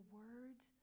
words